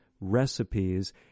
recipes